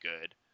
good